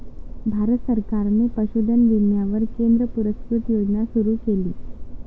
भारत सरकारने पशुधन विम्यावर केंद्र पुरस्कृत योजना सुरू केली